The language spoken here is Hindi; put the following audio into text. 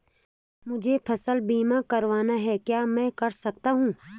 मुझे फसल बीमा करवाना है क्या मैं कर सकता हूँ?